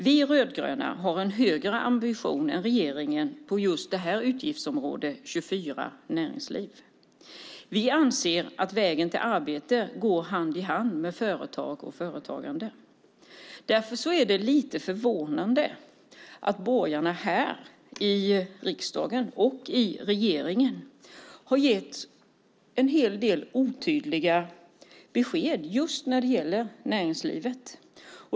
Vi rödgröna har en högre ambition än regeringen på utgiftsområde 24 Näringsliv. Vi anser att vägen till arbete går genom företag och företagande. Därför är det lite förvånande att borgarna här i riksdagen och i regeringen har gett en hel del otydliga besked just när det gäller näringslivet.